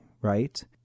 right